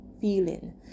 feeling